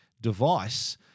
device